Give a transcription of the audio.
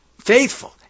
faithful